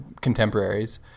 contemporaries